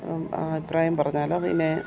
അഭിപ്രായം പറഞ്ഞാൽ പിന്നെ